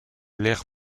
l’ère